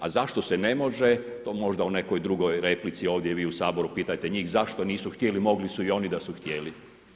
A zašto se ne može, to možda u nekoj drugoj replici, ovdje u saboru, pitajte njih, zašto nisu htjeli, mogli su i oni da su htjeli.